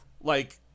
like-